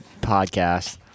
podcast